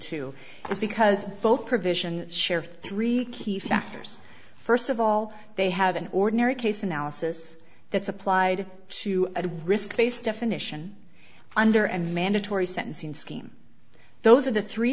is because both provision share three key factors first of all they have an ordinary case analysis that's applied to a risk based definition under and mandatory sentencing scheme those are the three